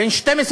נכון.